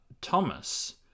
Thomas